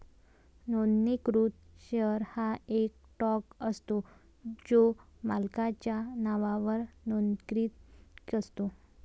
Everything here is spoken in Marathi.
नोंदणीकृत शेअर हा एक स्टॉक असतो जो मालकाच्या नावावर नोंदणीकृत असतो